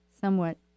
somewhat